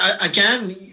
again